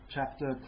Chapter